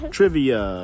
Trivia